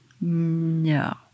No